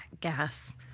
gas